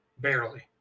Barely